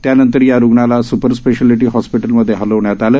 त्यानंतर या रुग्णाला स्पर स्पेशालिटी हॉस्पिटलमध्ये हलविण्यात आलं